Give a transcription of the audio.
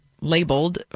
labeled